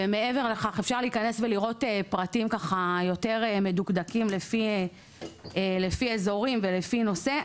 ומעבר לכך אפשר להכנס ולראות פרטים יותר מדוקדקים לפי אזורים ולפי נושא,